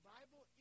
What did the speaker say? Bible